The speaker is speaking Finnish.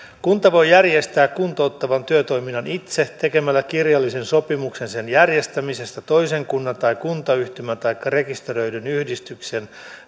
kunta voi järjestää kuntouttavan työtoiminnan itse tekemällä kirjallisen sopimuksen sen järjestämisestä toisen kunnan tai kuntayhtymän taikka rekisteröidyn yhdistyksen